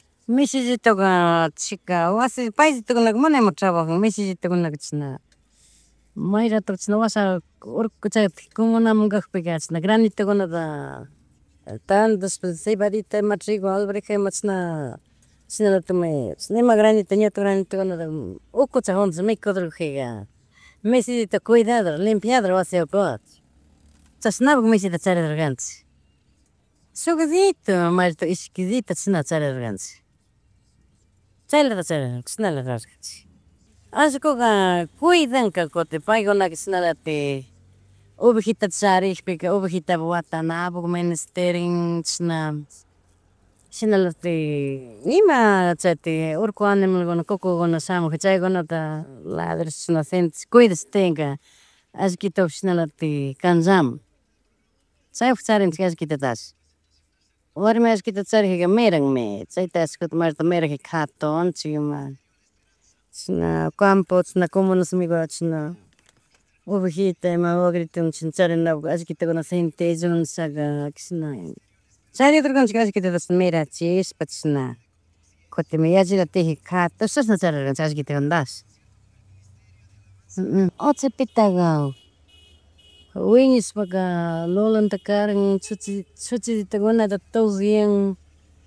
Mishillituka chika wasi payllitukunaka mana ima trabajan, mishillitukunaka chishna, may rato chisna wasa urku chaytik comunamunkakpika chishna granitukunata tandashn cebadita, ima trigo, alverja ima chishna chishlatikmi, chishna ima granito ñuto granito ukucha jundash mikudor kajika mishillito cuidador, limpiador wasi ukuta, chashnapuk mishita charirdurkanchik. Shukllito may rato ishkillito chishna charidorkanchik, chaylata chishnala kador kanchik. Allkuka cuidanka, kutin paikunaka shinalatik ovejitata charikpika, ovejitapuk watanapuk menesteren, chishna shinalatik ima chaytik urku animalkuna kukukuna shamukpika chaykunata ladrash na sentish, cuidash tianka, allkitopish chashnalatik kanllamun chaypuk charinchik allkitutash, warmi allikuta charishjika miranmi, chaytash kutin mijarjika katunchik ima, chishna, campo, chishna comunashmiga chishna ovejita ima wagritowan chishna charingapak allkitogunaka sentellon nishaka kashna charidorkanchik allkitotash mirachishpa chishna kutin yallita tiyajika katushashi chashna charidorkanchi allikitugunadash. Atillpitaka wiñashpaka lulunta karan, chuchill chuchillitukunata tuguian